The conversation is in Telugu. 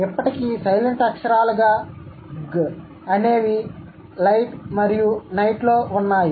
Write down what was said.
ఇప్పటికి సైలెంట్ అక్షరాలు గా గ్ అనేవి లైట్ మరియు నైట్ లో వున్నాయి